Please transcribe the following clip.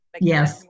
Yes